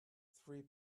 three